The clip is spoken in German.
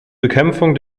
bekämpfung